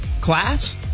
class